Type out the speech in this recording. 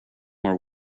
mar